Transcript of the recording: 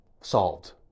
Solved